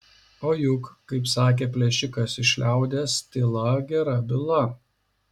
o juk kaip sakė plėšikas iš liaudies tyla gera byla